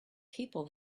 people